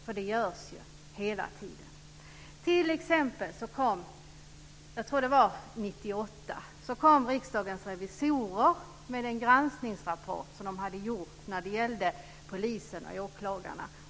Riksdagens revisorer lämnade t.ex. 1998 en granskningsrapport om polis och åklagare.